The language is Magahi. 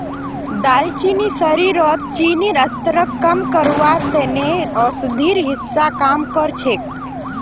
दालचीनी शरीरत चीनीर स्तरक कम करवार त न औषधिर हिस्सा काम कर छेक